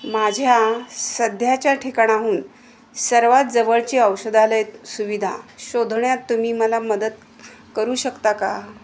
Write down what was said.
माझ्या सध्याच्या ठिकाणाहून सर्वात जवळची औषधालय सुविधा शोधण्यात तुम्ही मला मदत करू शकता का